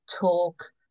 talk